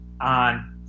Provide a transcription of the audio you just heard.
On